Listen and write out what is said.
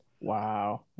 wow